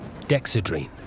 dexedrine